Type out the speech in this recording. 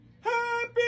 happy